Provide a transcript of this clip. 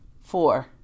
Four